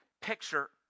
picture